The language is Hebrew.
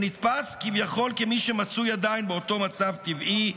שנתפס כביכול כמי שמצוי עדיין באותו מצב טבעי,